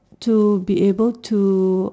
to be able to